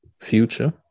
Future